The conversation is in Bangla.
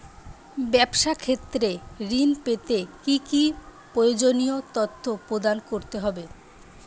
ব্যাবসা ক্ষেত্রে ঋণ পেতে কি কি প্রয়োজনীয় তথ্য প্রদান করতে হবে?